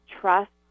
trust